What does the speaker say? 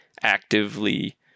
actively